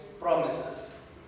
promises